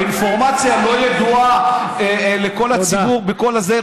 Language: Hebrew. האינפורמציה לא ידועה לכל הציבור בכל זה.